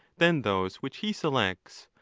than those which he selects,